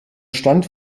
stand